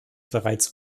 bereits